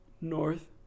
North